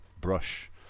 brush